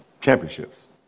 championships